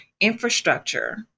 infrastructure